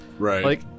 Right